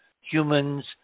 humans